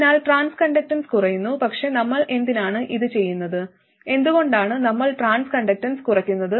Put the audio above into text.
അതിനാൽ transconductance കുറയുന്നു പക്ഷേ നമ്മൾ എന്തിനാണ് ഇത് ചെയ്യുന്നത് എന്തുകൊണ്ടാണ് നമ്മൾ ട്രാൻസ് കണ്ടക്ടൻസ് കുറയ്ക്കുന്നത്